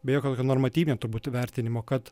be jokio kokio normatyvinio turbūt vertinimo kad